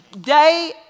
day